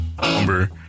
Number